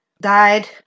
died